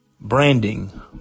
Branding